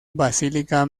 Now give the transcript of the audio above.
basílica